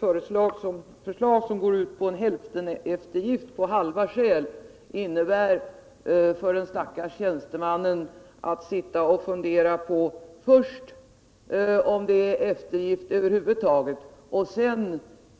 Förslaget som går ut på hälfteneftergift på halva skäl innebär att den stackars tjänstemannen först måste fundera över om det över huvud taget föreligger skäl för eftergift, och sedan